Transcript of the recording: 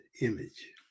image